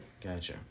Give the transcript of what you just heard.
Gotcha